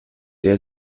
der